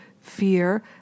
fear